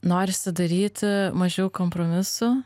norisi daryti mažiau kompromisų